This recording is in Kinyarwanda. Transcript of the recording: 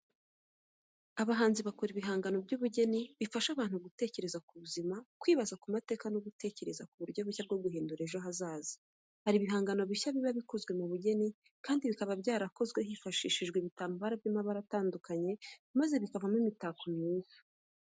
Abahanzi bakora ibihangano by'ubugeni bifasha abantu gutekereza ku buzima, kwibaza ku mateka no gutekereza ku buryo bushya bwo guhindura ejo hazaza. Hari ibihangano bishya biba bikozwe mu bugeni kandi bikaba byarakozwe hifashishijwe ibitambaro by'amabara atandukanye, maze bikavamo imitako myiza.